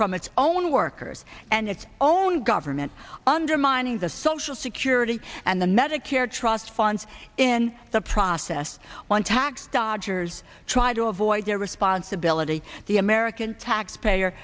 from its own workers and its own government undermining the social security and the medicare trust funds in the process one tax dodgers try to avoid their responsibility the american taxpayer